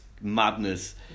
madness